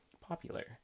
popular